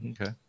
Okay